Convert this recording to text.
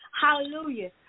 Hallelujah